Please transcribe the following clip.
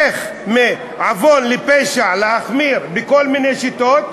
איך מעוון לפשע להחמיר בכל מיני שיטות,